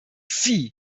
sie